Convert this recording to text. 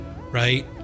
right